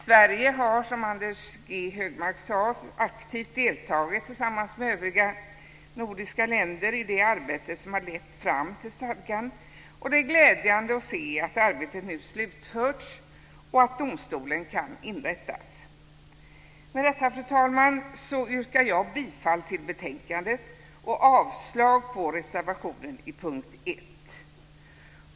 Sverige har, som Anders G Högmark sade, aktivt deltagit tillsammans med övriga nordiska länder i det arbete som har lett fram till stadgan. Det är glädjande att se att arbetet nu slutförts och att domstolen kan inrättas. Med detta, fru talman, yrkar jag bifall till förslaget i betänkandet och avslag på reservationen under punkt 1.